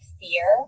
fear